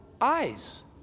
eyes